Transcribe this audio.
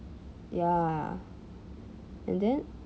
ya and then